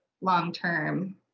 long-term